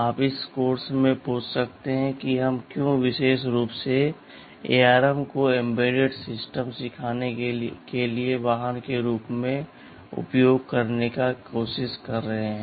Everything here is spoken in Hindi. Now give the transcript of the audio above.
आप इस कोर्स में पूछ सकते हैं कि हम क्यों विशेष रूप से ARM को एम्बेडेड सिस्टम सिखाने के लिए वाहन के रूप में उपयोग करने की कोशिश कर रहे हैं